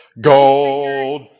gold